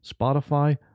Spotify